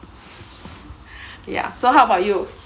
ya so how about you